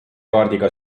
kaardiga